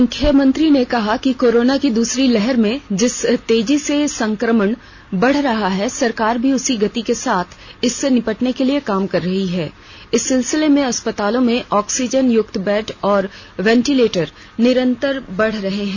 मुख्यमंत्री ने कहा कि कोरोना की दूसरी लहर में जिस तेजी से संक्रमण बढ़ रहा है सरकार भी उसी गति के साथ इससे निपटने के लिए काम कर रही है इस सिलसिले में अस्पतालों में ऑक्सीजन युक्त बेड और वेंटिलेंटर निरतंर बढ़ रहे हैं